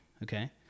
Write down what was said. Okay